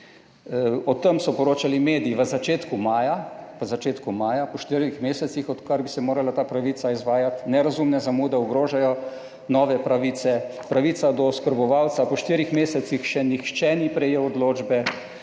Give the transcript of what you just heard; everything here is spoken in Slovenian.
O tem so poročali mediji v začetku maja, v začetku maja, po štirih mesecih odkar bi se morala ta pravica izvajati, nerazumne zamude ogrožajo nove pravice. Pravica do oskrbovalca, po štirih mesecih še nihče ni prejel odločbe.